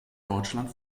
deutschland